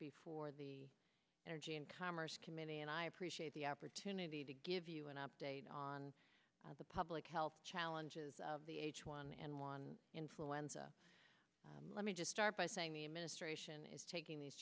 before the energy and commerce committee and i appreciate the opportunity to give you an update on the public health challenges of the h one n one influenza let me just start by saying the administration is taking these